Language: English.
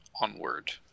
onward